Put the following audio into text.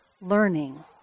learning